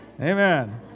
Amen